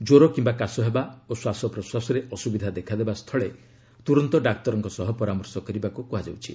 କ୍ୱର କିମ୍ବା କାଶ ହେବା ଓ ଶ୍ୱାସପ୍ରଶ୍ୱାସରେ ଅସୁବିଧା ଦେଖାଦେବା ସ୍ଥଳେ ତୁରନ୍ତ ଡାକ୍ତରଙ୍କ ସହ ପରାମର୍ଶ କରିବାକୁ କୁହାଯାଉଛି